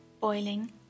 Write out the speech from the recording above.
boiling